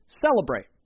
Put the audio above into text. celebrate